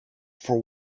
for